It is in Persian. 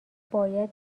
باید